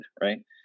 right